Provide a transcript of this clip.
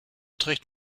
trägt